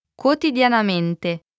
Quotidianamente